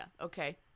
okay